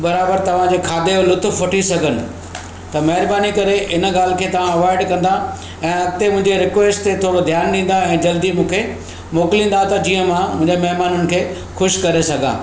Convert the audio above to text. बराबरि तव्हांजे खाधे जो लुत्फ़ु वठी सघनि त महिरबानी करे इन ॻाल्हि खे तव्हां अवोइड कंदा ऐं अॻिते मुंहिंजे रिक्वेस्ट ते थोरो ध्यानु ॾींदा ऐं जल्दी मूंखे मोकिलींदा त जीअं मां मुंहिंजे महिमाननि खे ख़ुशि करे सघां